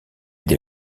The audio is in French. des